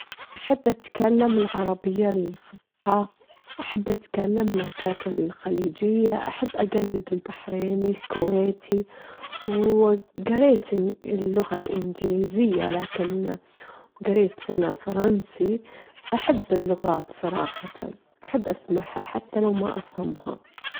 في الكويت عندنا عدة عطلات وطنية، متل اليوم الوطني، ويوم تحرير الكويت، وأيظًا عندنا العطلات الدينية، والعطلات اللي- اللي تمتل إسلامنا وديننا، عطلة عيد الفطر، وعطلة عيد الأضحى.